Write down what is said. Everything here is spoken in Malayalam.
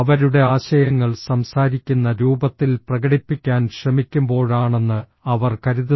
അവരുടെ ആശയങ്ങൾ സംസാരിക്കുന്ന രൂപത്തിൽ പ്രകടിപ്പിക്കാൻ ശ്രമിക്കുമ്പോഴാണെന്ന് അവർ കരുതുന്നു